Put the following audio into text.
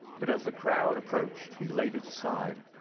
but as the crowd approached he laid it aside,